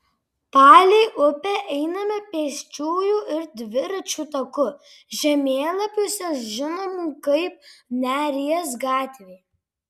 palei upę einame pėsčiųjų ir dviračių taku žemėlapiuose žinomų kaip neries gatvė